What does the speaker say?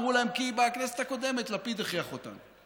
הם אמרו: כי בכנסת הקודמת לפיד הכריח אותנו.